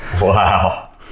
Wow